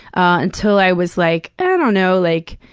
until i was, like and i don't know, like,